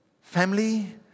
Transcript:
Family